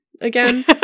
again